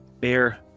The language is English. bear